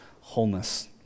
wholeness